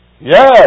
Yes